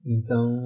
Então